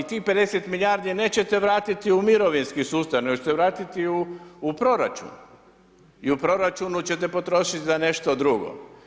I tih 50 milijardi nećete vratiti u mirovinski sustav, nego ćete vratiti u proračun i u proračunu ćete potrošiti za nešto drugo.